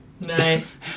Nice